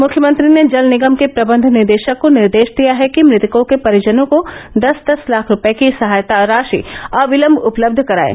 मुख्यमंत्री ने जल निगम के प्रबंध निदेशक को निर्देश दिया है कि मृतकों के परिजनों को दस दस लाख रूपये की सहायता राशि अबिलम्ब उपलब्ध करायें